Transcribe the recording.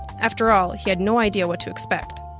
after all, he had no idea what to expect.